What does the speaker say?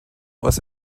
was